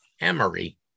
Emory